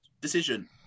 decision